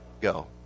go